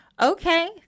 Okay